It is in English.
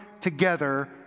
together